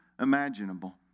imaginable